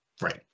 Right